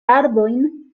arbojn